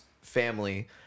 family